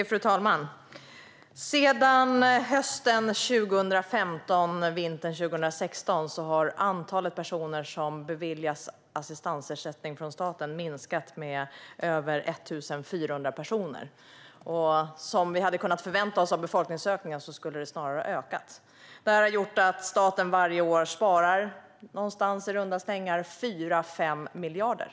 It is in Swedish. Fru talman! Sedan hösten 2015 och vintern 2016 har antalet personer som beviljats assistansersättning från staten minskat med över 1 400. Med tanke på befolkningsökningen hade vi snarare kunnat förvänta oss att antalet skulle ha ökat. Det här har lett till att staten varje år sparar i runda slängar 4-5 miljarder.